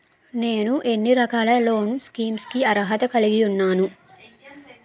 నేను ఎన్ని రకాల లోన్ స్కీమ్స్ కి అర్హత కలిగి ఉన్నాను?